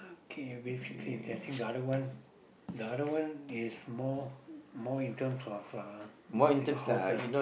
K basically it's that think the other ones the other one is more more in terms of uh I think how's the